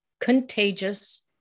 contagious